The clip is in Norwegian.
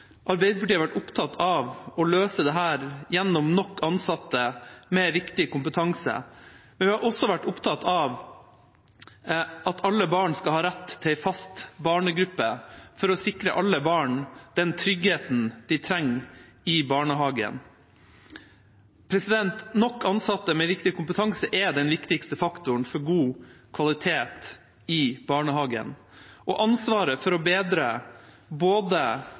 Arbeiderpartiet har vært opptatt av å løse dette gjennom nok ansatte med riktig kompetanse, men vi har også vært opptatt av at alle barn skal ha rett til en fast barnegruppe for å sikre alle barn den tryggheten de trenger i barnehagen. Nok ansatte med riktig kompetanse er den viktigste faktoren for god kvalitet i barnehagen, og ansvaret for å bedre både